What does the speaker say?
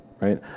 Right